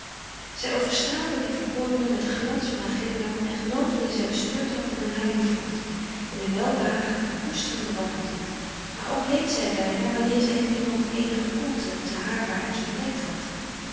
zij overstraalde die verkorenen met den glans van haar glimlach en genoot wanneer zij bespeurd had dat men haar lief vond in een welbehagen van koesterende warmte maar ook leed zij bijna wanneer zij in iemand eenige koelte te haarwaarts ontdekt had